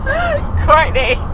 Courtney